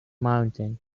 mountain